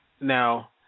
Now